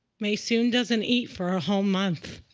maysoon doesn't eat for a whole month.